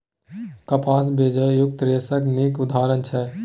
कपास बीजयुक्त रेशाक नीक उदाहरण छै